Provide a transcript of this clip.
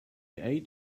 eight